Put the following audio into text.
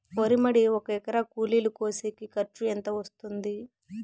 వరి మడి ఒక ఎకరా కూలీలు కోసేకి ఖర్చు ఎంత వస్తుంది?